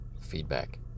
feedback